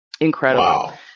incredible